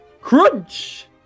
crunch